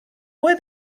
fue